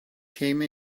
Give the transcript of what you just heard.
came